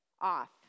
off